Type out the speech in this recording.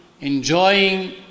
enjoying